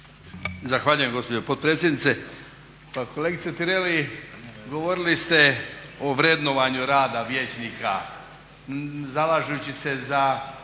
Zahvaljujem gospođo potpredsjednice. Pa kolegice Tireli govorili ste o vrednovanju rada vijećnika zalažući se za